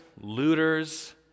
looters